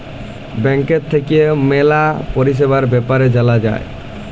ব্যাংকের থাক্যে ম্যালা পরিষেবার বেপার জালা যায়